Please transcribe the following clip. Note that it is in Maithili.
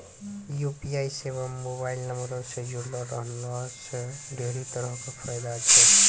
यू.पी.आई सेबा मोबाइल नंबरो से जुड़लो रहला से ढेरी तरहो के फायदा छै